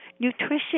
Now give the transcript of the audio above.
Nutrition